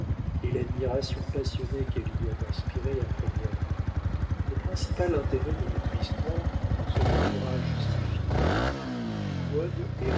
et l'admiration passionnée qu'elle y doit inspirer à première vue le principal intérêt de notre histoire se trouvera justifié quod